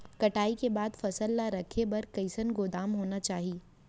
कटाई के बाद फसल ला रखे बर कईसन गोदाम होना चाही?